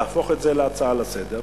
תהפוך את זה להצעה לסדר,